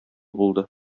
булды